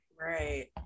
Right